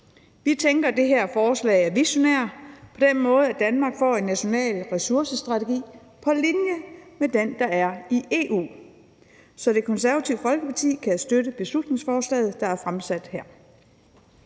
Vi tænker, at det her forslag er visionært på den måde, at Danmark får en national ressourcestrategi på linje med den, der er i EU. Så Det Konservative Folkeparti kan støtte det fremsatte